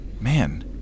man